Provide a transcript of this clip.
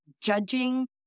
judging